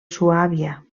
suàbia